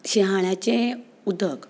शिंयाळ्याचें उदक